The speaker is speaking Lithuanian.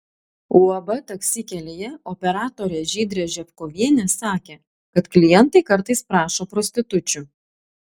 uab taksi kelyje operatorė žydrė ževkovienė sakė kad klientai kartais prašo prostitučių